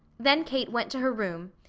then kate went to her room,